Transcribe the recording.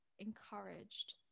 encouraged